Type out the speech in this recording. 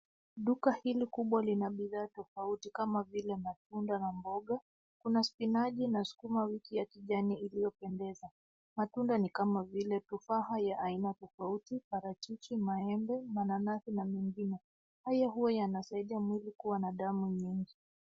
Duka hili kubwa lina bidhaa tofauti kama vile matunda na mboga. Kuna spinaji na sukuma wiki ya kijani iliyopendeza. Matunda ni kama vile tufaha ya aina tofauti, parachichi, maembe, mananasi na mengine. Haya huwa yanasaidia mwili kuwa na damu nyingi.